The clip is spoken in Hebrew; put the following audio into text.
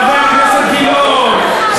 חבר הכנסת גילאון,